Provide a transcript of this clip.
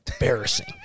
embarrassing